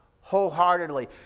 wholeheartedly